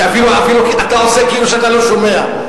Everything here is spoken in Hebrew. שאפילו אתה עושה כאילו שאתה לא שומע.